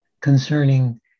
concerning